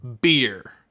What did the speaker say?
beer